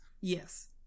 yes